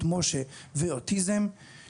מש"ה (מוגבלות שכלית התפתחותית) ואוטיזם,